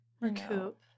recoup